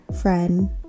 friend